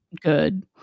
Good